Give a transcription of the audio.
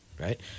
right